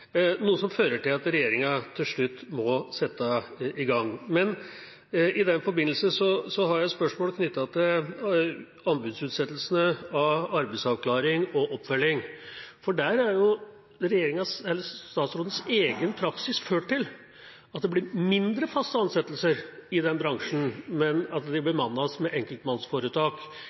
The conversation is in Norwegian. noe som fører til at regjeringa til slutt må sette i gang. Men i den forbindelse har jeg et spørsmål knyttet til anbudsutsettelsene av arbeidsavklaring og oppfølging, for statsrådens egen praksis har jo ført til at det blir færre faste ansettelser i den bransjen, og at det bemannes med enkeltmannsforetak,